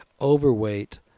overweight